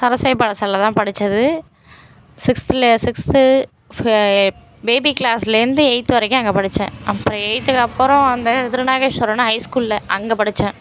சரஸ்வதி பாடசாலையில் தான் படித்தது சிக்ஸ்த்தில் சிக்ஸ்த்து ஃப பேபி க்ளாஸ்லேருந்து எயித்து வரைக்கும் அங்கே படித்தேன் அப்புறம் எயித்துக்கு அப்பறம் அந்த திருநாகேஷ்வரம்ன்னு ஹைஸ்கூலில் அங்கே படித்தேன்